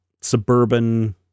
suburban